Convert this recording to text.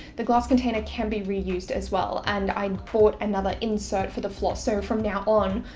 the glass container can be reused as well. and i bought another insert for the floss. so from now on,